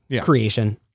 creation